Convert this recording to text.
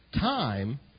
time